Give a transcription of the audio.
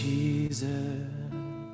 Jesus